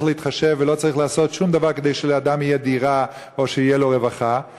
להתחשב ולא צריך לעשות שום דבר כדי שלאדם תהיה דירה או שתהיה לו רווחה,